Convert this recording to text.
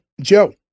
joe